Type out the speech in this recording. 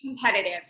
competitive